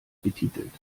betitelt